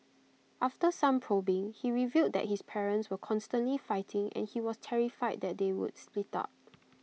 after some probing he revealed that his parents were constantly fighting and he was terrified that they would split up